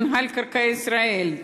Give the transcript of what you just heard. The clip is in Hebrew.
מינהל קרקעי ישראל,